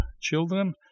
children